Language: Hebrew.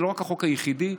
זה לא החוק היחידי,